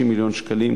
60 מיליון שקלים,